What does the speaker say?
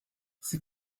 sie